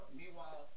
Meanwhile